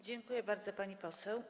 Dziękuję bardzo, pani poseł.